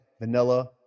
vanilla